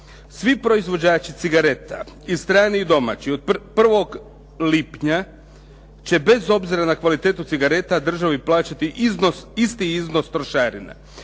Svi proizvođači cigareta i strani i domaći od 1. lipnja će bez obzira na kvalitetu cigareta državi plaćati iznos isti iznos trošarina.